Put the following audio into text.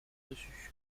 dessus